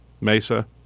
mesa